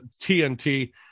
TNT